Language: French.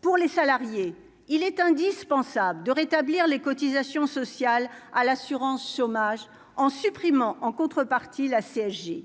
pour les salariés, il est indispensable de rétablir les cotisations sociales à l'assurance chômage en supprimant en contrepartie la CSG